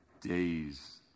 days